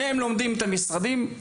שניהם לומדים את המשרדים.